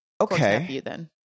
Okay